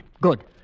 Good